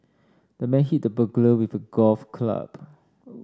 the man hit the burglar with a golf club